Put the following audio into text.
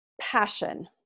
passion